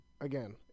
again